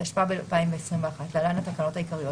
התשפ"ב-2021 (להלן התקנות העיקריות),